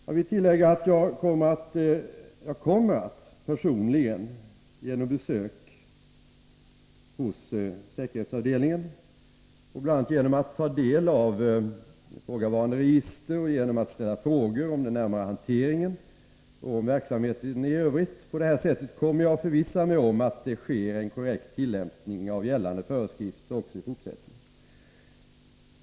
Jag vill tillägga att jag personligen genom besök hos säkerhetsavdelningen —bl.a. genom att ta del av ifrågavarande register och genom att ställa frågor om den närmare hanteringen och om verksamheten i övrigt — kommer att förvissa mig om att det sker en korrekt tillämpning av gällande föreskrifter också i fortsättningen.